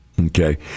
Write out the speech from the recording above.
Okay